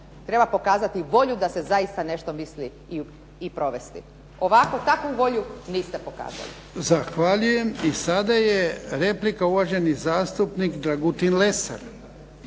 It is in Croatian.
Treba pokazati volju da se zaista nešto misli i provesti. Ovako, takvu volju niste pokazali. **Jarnjak, Ivan (HDZ)** Zahvaljujem. I sada je replika, uvaženi zastupnik Dragutin Lesar.